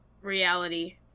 reality